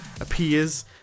appears